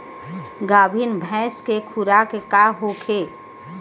गाभिन भैंस के खुराक का होखे?